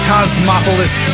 Cosmopolis